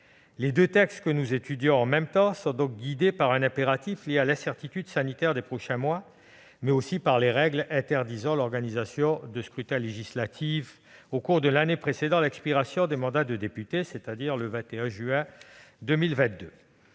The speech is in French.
Les deux textes que nous étudions en même temps sont donc guidés par un impératif lié à l'incertitude sanitaire des prochains mois, mais aussi par les règles interdisant l'organisation de scrutins législatifs au cours de l'année précédant l'expiration des mandats de député, à savoir le 21 juin 2022.